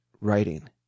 writing